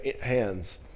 hands